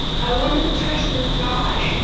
our wonderful trash in the sky,